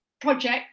project